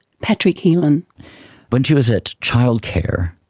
patrick helean when she was at childcare,